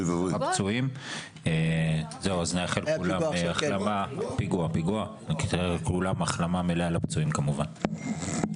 נאחל לכולם החלמה מלאה לפצועים כמובן.